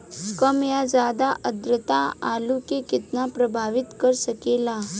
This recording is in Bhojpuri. कम या ज्यादा आद्रता आलू के कितना प्रभावित कर सकेला?